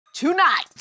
Tonight